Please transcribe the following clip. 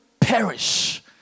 Perish